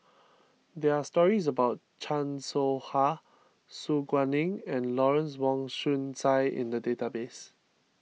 there are stories about Chan Soh Ha Su Guaning and Lawrence Wong Shyun Tsai in the database